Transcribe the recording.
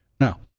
Now